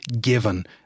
given